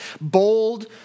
bold